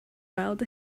weld